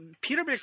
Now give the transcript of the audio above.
Peter